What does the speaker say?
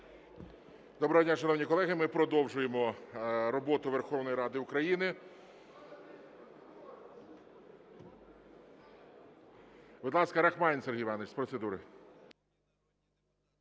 Доброго дня, шановні колеги! Ми продовжуємо роботу Верховної Ради України. Будь ласка, Рахманін Сергій Іванович – з процедури.